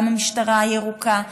גם המשטרה הירוקה,